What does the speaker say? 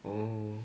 oh